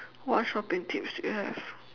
what shopping tips you have